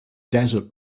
desert